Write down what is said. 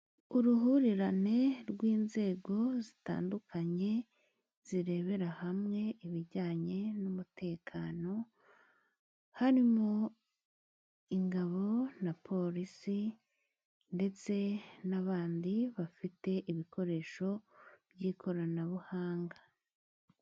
Uruhurirane rw'inzego zitandukanye zirebera hamwe ibijyanye n'umutekano, harimo ingabo na porisi, ndetse n'abandi bafite ibikoresho by'ikoranabuhanga.